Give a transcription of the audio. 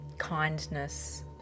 kindness